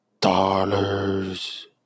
Dollars